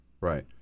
Right